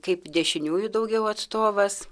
kaip dešiniųjų daugiau atstovas